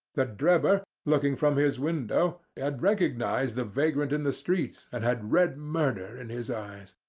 that drebber, looking from his window, had recognized the vagrant in the street, and had read murder in his eyes.